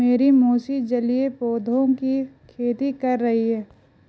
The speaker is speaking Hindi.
मेरी मौसी जलीय पौधों की खेती कर रही हैं